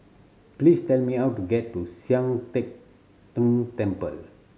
please tell me how to get to Sian Teck Tng Temple